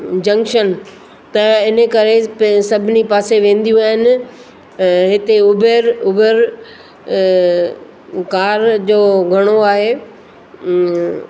junction त इनकरे ज सभिनी पासे वेंदियूं आहिनि हिते उबेर उबर कार जो घणो आहे